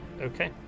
Okay